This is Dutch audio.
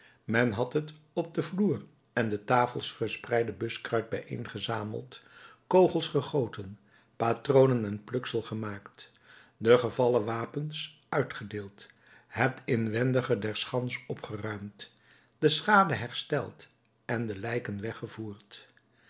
men had het op den vloer en de tafels verspreide buskruit bijeengezameld kogels gegoten patronen en pluksel gemaakt de gevallen wapens uitgedeeld het inwendige der schans opgeruimd de schade hersteld en de lijken weggevoerd